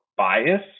bias